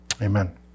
Amen